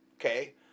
okay